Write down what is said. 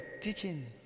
teaching